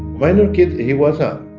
minor keith, he was a